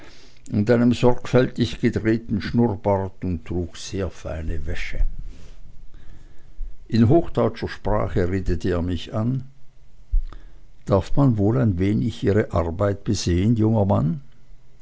und einem sorgfältig gedrehten schnurrbart und trug sehr feine wäsche in hochdeutscher sprache redete er mich an darf man wohl ein wenig ihre arbeit besehen junger mann